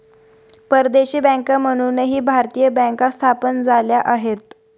परदेशी बँका म्हणूनही भारतीय बँका स्थापन झाल्या आहेत